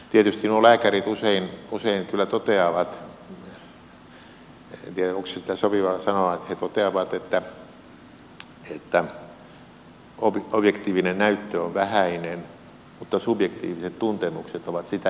tietysti nuo lääkärit usein kyllä toteavat en tiedä onko sitä sopivaa sanoa että objektiivinen näyttö on vähäinen mutta subjektiiviset tuntemukset ovat sitäkin suuremmat